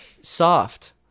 soft